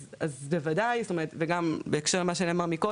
אז בוודאי, זאת אומרת גם בהקשר של מה שנאמר מקודם.